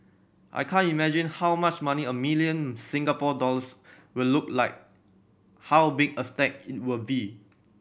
I can't imagine how much money a million Singapore dollars will look like how big a stack it will be